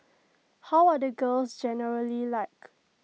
how are the girls generally like